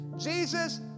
Jesus